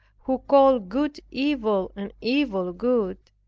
who call good evil and evil good,